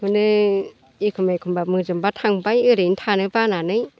बेखौनो एखमब्ला एखमब्ला मोजोमबा थांबाय ओरैनो थानो बानानै